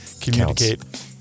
communicate